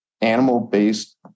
animal-based